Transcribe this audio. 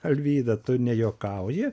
alvyda tu nejuokauji